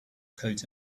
coat